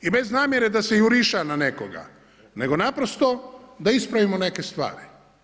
I bez namjere da se juriša na nekoga, nego naprosto da ispravimo neke stvari.